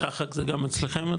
שחק זה גם אצלכם?